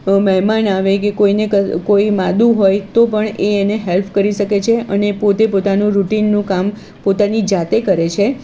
મહેમાન આવે કે કોઈને કોઈ માંદું હોય તો પણ એ એને હેલ્પ કરી શકે છે અને પોતે પોતાનું રૂટિનનું કામ પોતાની જાતે કરે છે